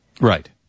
Right